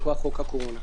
מכוח חוק הקורונה.